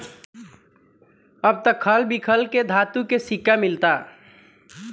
अब त खल बिखल के धातु के सिक्का मिलता